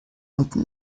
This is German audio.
unten